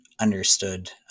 understood